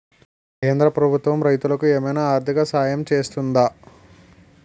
కేంద్ర ప్రభుత్వం రైతులకు ఏమైనా ఆర్థిక సాయం చేస్తుందా?